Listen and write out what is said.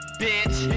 bitch